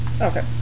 Okay